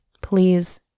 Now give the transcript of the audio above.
please